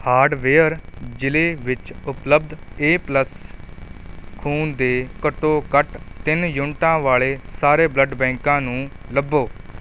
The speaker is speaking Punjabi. ਹਾਰਡਵੇਅਰ ਜ਼ਿਲ੍ਹੇ ਵਿੱਚ ਉਪਲਬਧ ਏ ਪਲੱਸ ਖੂਨ ਦੇ ਘੱਟੋ ਘੱਟ ਤਿੰਨ ਯੂਨਿਟਾਂ ਵਾਲੇ ਸਾਰੇ ਬਲੱਡ ਬੈਂਕਾਂ ਨੂੰ ਲੱਭੋ